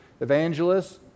evangelists